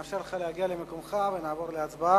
נאפשר לך להגיע למקומך ונעבור להצבעה.